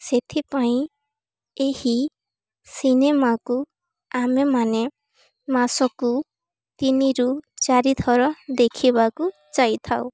ସେଥିପାଇଁ ଏହି ସିନେମାକୁ ଆମେମାନେ ମାସକୁ ତିନି ରୁ ଚାରିଥର ଦେଖିବାକୁ ଯାଇଥାଉ